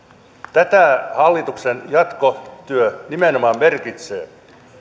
tätä hallituksen jatkotyö nimenomaan merkitsee